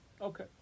Okay